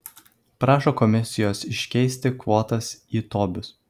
prašo komisijos iškeisti kvotas į tobius